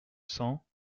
cent